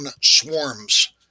swarms